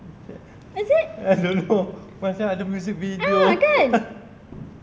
is it I don't know macam ada music video